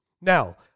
Now